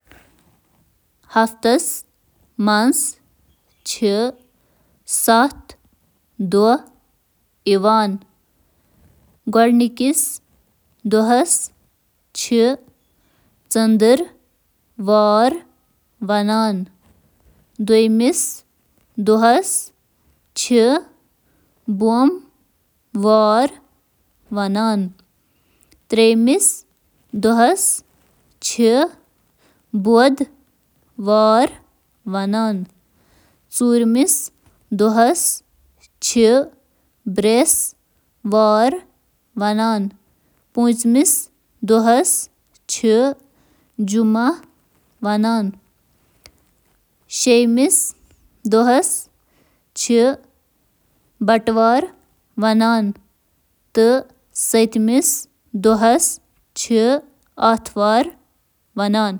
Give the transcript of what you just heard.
انٛگریٖزی منٛز چھِ ہفتہٕ کیٚن دۄہن ہِنٛدۍ ناو ژٔنٛدٕروار، بۄموار، بۄدوار، برٛیسوارِ دۄہ، جُمعہ دۄہ، بَٹہٕ وار تہٕ آتھٕوار۔